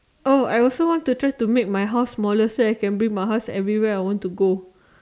oh I also want to try to make smaller so I can want to bring my house everywhere I want to go